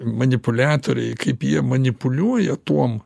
manipuliatoriai kaip jie manipuliuoja tuom